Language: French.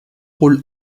rôle